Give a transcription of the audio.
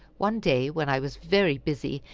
one day when i was very busy,